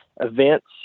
events